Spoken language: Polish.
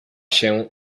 się